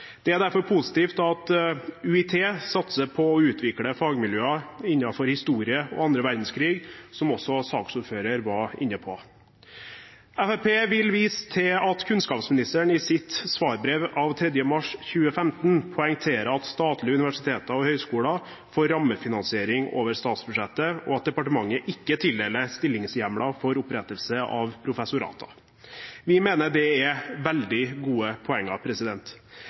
Det er derfor positivt at UiT satser på å utvikle fagmiljøer innenfor historie og annen verdenskrig, som også saksordføreren var inne på. Fremskrittspartiet vil vise til at kunnskapsministeren i sitt svarbrev av 3. mars 2015 poengterer at statlige universiteter og høyskoler får rammefinansiering over statsbudsjettet, og at departementet ikke tildeler stillingshjemler for opprettelse av professorater. Vi mener det er veldig gode poenger.